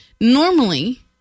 normally